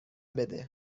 بده